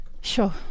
Sure